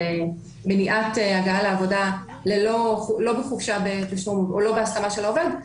מניעת הגעה לעבודה לא בהסכמה של העובד,